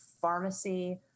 pharmacy